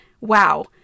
Wow